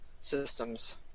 systems